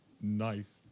Nice